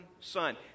Son